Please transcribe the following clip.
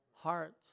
Heart